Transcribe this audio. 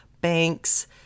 banks